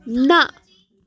نہ